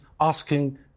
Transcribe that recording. asking